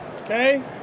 okay